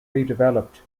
redeveloped